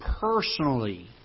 personally